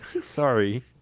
Sorry